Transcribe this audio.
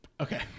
Okay